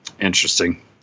Interesting